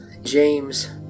James